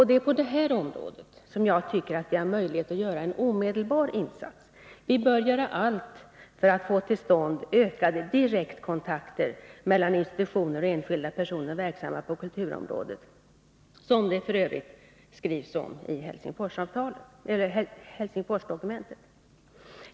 Det är på detta område som jag tycker att vi har möjlighet att göra en omedelbar insats. Vi bör göra allt för att få till stånd ökade direktkontakter mellan institutioner och enskilda personer verksamma på kulturområdet, såsom det f. ö. skrivs om i Helsingforsdokumentet.